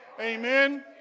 Amen